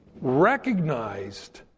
recognized